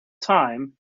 time